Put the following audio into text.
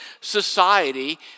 society